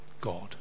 God